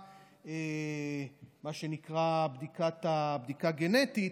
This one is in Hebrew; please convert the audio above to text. מה שנקרא, בדיקה גנטית.